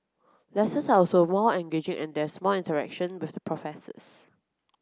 lessons are also more engaging and there's more interaction with professors